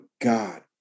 God